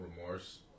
remorse